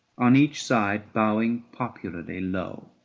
on each side bowing popularly low,